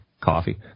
coffee